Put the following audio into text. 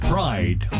Pride